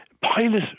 pilot